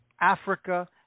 Africa